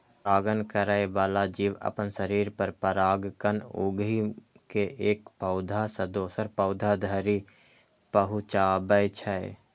परागण करै बला जीव अपना शरीर पर परागकण उघि के एक पौधा सं दोसर पौधा धरि पहुंचाबै छै